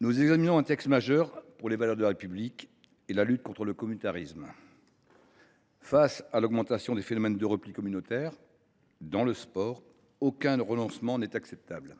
après midi un texte majeur, qu’il s’agisse des valeurs de la République ou de la lutte contre le communautarisme. Face à la multiplication des phénomènes de repli communautaire dans le sport, aucun renoncement n’est acceptable.